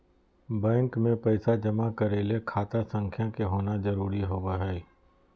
bank मे पैसा जमा करय ले खाता संख्या के होना जरुरी होबय हई